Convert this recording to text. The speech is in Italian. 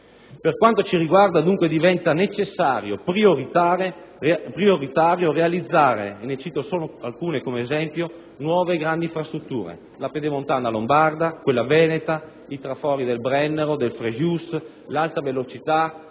Per quanto ci riguarda, diventa dunque prioritario e necessario realizzare - ne cito solo alcune come esempio - nuove grandi infrastrutture, quali la Pedemontana lombarda, quella veneta, i trafori del Brennero e del Frejus, l'alta velocità,